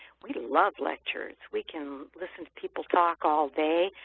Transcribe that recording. we love lectures. we can listen to people talk all day.